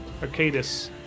Arcadis